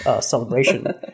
celebration